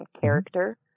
character